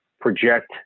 project